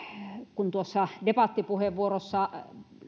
kun tuossa debattipuheenvuorossa